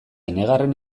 enegarren